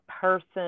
person